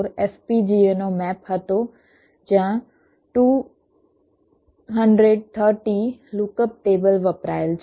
આ e64 FPGA નો map હતો જ્યાં 230 લુક અપ ટેબલ વપરાયેલ છે